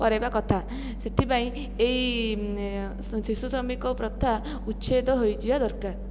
କରାଇବା କଥା ସେଥିପାଇଁ ଏଇ ଶିଶୁ ଶ୍ରମିକ ପ୍ରଥା ଉଚ୍ଛେଦ ହୋଇଯିବା ଦରକାର